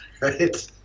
right